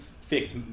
fix